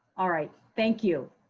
all right. thank you.